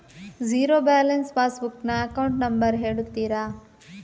Zero balance passbook ನ account number ಹೇಳುತ್ತೀರಾ?